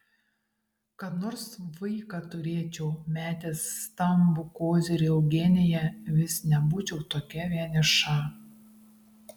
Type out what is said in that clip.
kad nors vaiką turėčiau metė stambų kozirį eugenija vis nebūčiau tokia vieniša